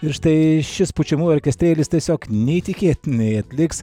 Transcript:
ir štai šis pučiamųjų orkestrėlis tiesiog neįtikėtinai atliks